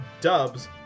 dubs